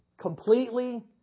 completely